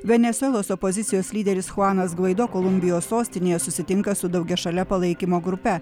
venesuelos opozicijos lyderis chuanas gvaido kolumbijos sostinėje susitinka su daugiašale palaikymo grupe